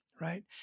right